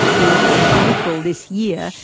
who, in april this year,